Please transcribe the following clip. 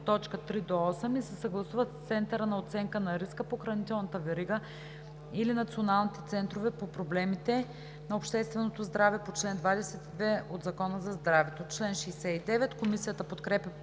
т. 3 – 8 и се съгласуват с Центъра за оценка на риска по хранителната верига или националните центрове по проблемите на общественото здраве по чл. 22 от Закона за здравето.“ Комисията подкрепя